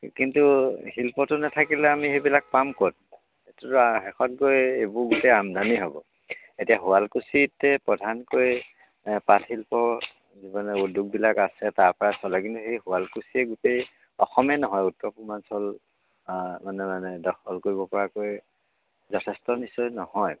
কিন্তু শিল্পটো নাথাকিলে আমি সেইবিলাক পাম ক'ত এইটোতো শেষত গৈ এইবোৰ গোটেই আমদানি হ'ব এতিয়া শুৱালকুছিতে প্ৰধানকৈ পাট শিল্প মানে উদ্যোগবিলাক আছে তাৰ পৰাই চলে কিন্তু সেই শুৱালকুছিয়ে গোটেই অসমেই নহয় উত্তৰ পূৰ্বাঞ্চল মানে মানে দখল কৰিব পৰাকৈ যথেষ্ট নিশ্চয় নহয়